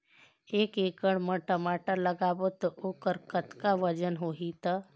एक एकड़ म टमाटर लगाबो तो ओकर कतका वजन होही ग?